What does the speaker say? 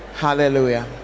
hallelujah